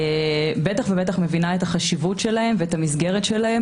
בטח ובטח מבינה את החשיבות שלהן ואת המסגרת שלהן.